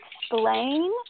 explain